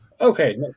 Okay